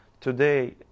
today